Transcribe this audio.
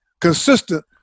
consistent